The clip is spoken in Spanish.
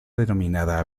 denominada